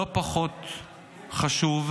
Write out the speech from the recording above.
לא פחות חשוב,